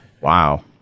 Wow